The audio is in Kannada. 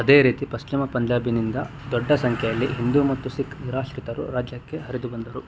ಅದೇ ರೀತಿ ಪಶ್ಚಿಮ ಪಂಜಾಬಿನಿಂದ ದೊಡ್ಡ ಸಂಖ್ಯೆಯಲ್ಲಿ ಹಿಂದು ಮತ್ತು ಸಿಖ್ ನಿರಾಶ್ರಿತರು ರಾಜ್ಯಕ್ಕೆ ಹರಿದುಬಂದರು